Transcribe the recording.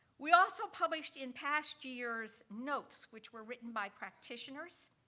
we also published in past years notes which were written by practitioners,